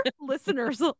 listeners